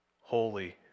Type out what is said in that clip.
holy